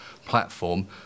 Platform